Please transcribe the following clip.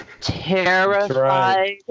terrified